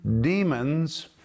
demons